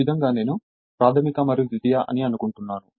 ఈ విధంగా నేను ప్రాధమిక మరియు ద్వితీయ అని అనుకుంటున్నాను